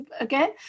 again